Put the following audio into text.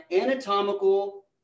anatomical